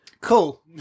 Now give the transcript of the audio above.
cool